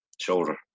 shoulder